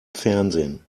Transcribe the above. fernsehen